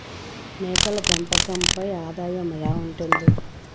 మేకల పెంపకంపై ఆదాయం ఎలా ఉంటుంది?